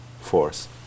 force